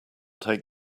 take